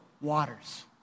waters